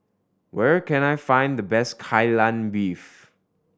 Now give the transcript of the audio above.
where can I find the best Kai Lan Beef